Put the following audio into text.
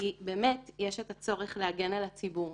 כי באמת יש את הצורך להגן על הציבור,